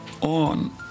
on